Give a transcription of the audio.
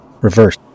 Reverse